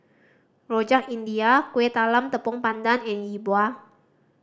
Rojak India Kueh Talam Tepong Pandan and Yi Bua